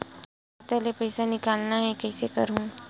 खाता ले पईसा निकालना हे, कइसे करहूं?